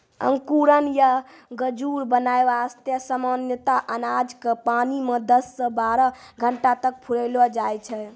अंकुरण या गजूर बनाय वास्तॅ सामान्यतया अनाज क पानी मॅ दस सॅ बारह घंटा तक फुलैलो जाय छै